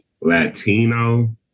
Latino